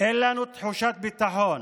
אין לנו תחושת ביטחון,